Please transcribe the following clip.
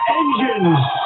engines